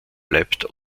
bleibt